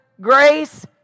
grace